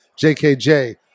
JKJ